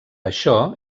això